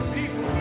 people